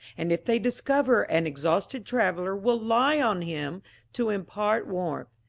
and if they discover an exhausted traveller will lie on him to impart warmth,